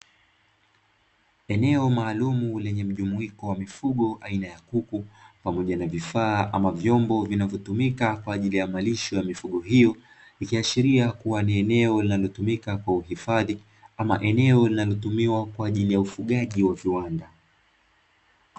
Eneo maalumu lenye mjumuiko wa mifugo aina ya kuku pamoja na vifaa ama vyombo vinavyotumika kwa ajili ya malisho ya mifugo hiyo, ikiashiria kuwa ni eneo linalotumika kwa uhifadhi ama eneo linalotumiwa kwa ajili ya ufugaji wa viwanda.